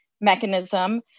mechanism